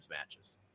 matches